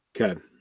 Okay